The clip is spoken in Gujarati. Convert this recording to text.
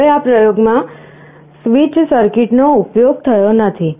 હવે આ પ્રયોગમાં સ્વીચ સર્કિટનો ઉપયોગ થયો નથી